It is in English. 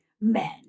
men